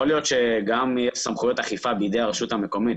יכול להיות שיהיו סמכויות אכיפה בידי הרשות המקומית,